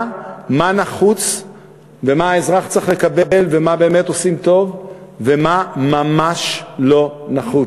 מה נחוץ ומה האזרח צריך לקבל ומה באמת עושים טוב ומה ממש לא נחוץ.